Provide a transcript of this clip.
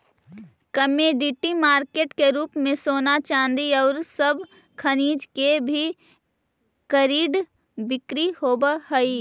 commodity market के रूप में सोना चांदी औउर सब खनिज के भी कर्रिड बिक्री होवऽ हई